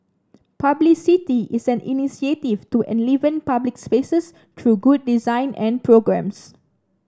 publicity is an initiative to enliven public spaces through good design and programmes